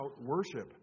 worship